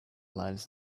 lives